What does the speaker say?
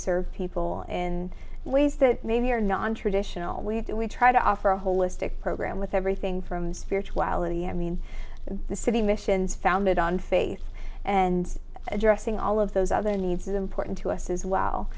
serve people in ways that maybe are nontraditional we do we try to offer a holistic program with everything from spiritual ality i mean the city missions founded on faith and addressing all of those other needs is important to us as well